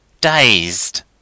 dazed